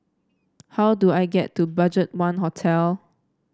how do I get to BudgetOne Hotel